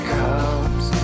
comes